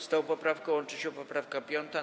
Z tą poprawką łączy się poprawka 5.